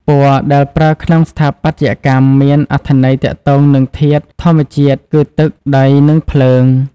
ពណ៌ ដែលប្រើក្នុងស្ថាបត្យកម្មមានអត្ថន័យទាក់ទងនឹងធាតុធម្មជាតិគឺ ទឹក ដី និង ភ្លើង។